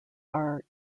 are